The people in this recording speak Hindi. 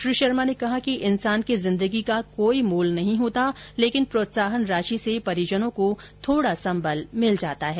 श्री शर्मा ने कहा कि इंसान की जिंदगी का कोई मोल नहीं होता लेकिन प्रोत्साहन राशि से परिजनों को थोडा संबल मिल जाता है